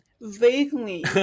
Vaguely